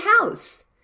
house